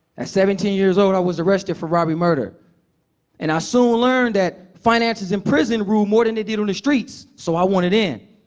at seventeen years old, i was arrested for robbery and murder and i soon learned that finances in prison rule more than they did on the streets, so i wanted in.